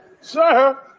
Sir